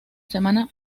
semana